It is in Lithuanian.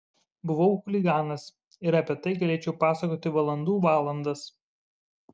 buvau chuliganas ir apie tai galėčiau pasakoti valandų valandas